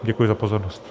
Děkuji za pozornost.